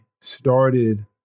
started